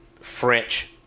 French